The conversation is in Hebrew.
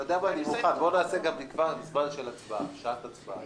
אתה יודע מה, אני מוכן, בואו נקבע גם שעת הצבעה.